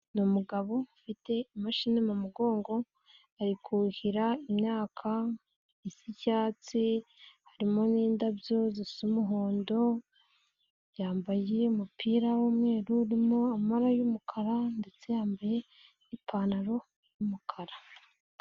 Ni umugabo ufite imashini mu mugongo ari kuhira imyaka isa icyatsi, harimo n'indabyo zisa umuhondo, yambaye umupira w'umweru urimo amabara y'umukara ndetse yambaye n'ipantaro y'umukara.